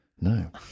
No